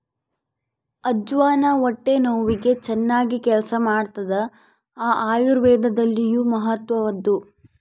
ಅಜ್ವಾನ ಹೊಟ್ಟೆ ನೋವಿಗೆ ಚನ್ನಾಗಿ ಕೆಲಸ ಮಾಡ್ತಾದ ಆಯುರ್ವೇದದಲ್ಲಿಯೂ ಮಹತ್ವದ್ದು